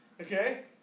Okay